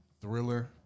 thriller